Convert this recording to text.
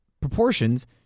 proportions